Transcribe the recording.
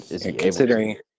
Considering